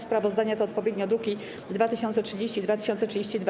Sprawozdania to odpowiednio druki nr 2030 i 2032.